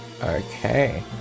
Okay